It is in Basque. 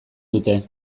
dute